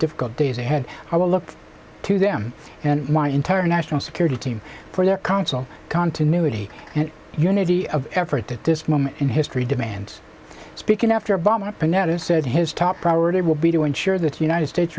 difficult days ahead i will look to them and my entire national security team for their counsel continuity and unity of effort at this moment in history demands speaking after obama panetta said his top priority will be to ensure that the united states